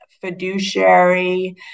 fiduciary